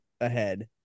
ahead